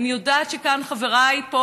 אני יודעת שחבריי פה,